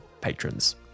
patrons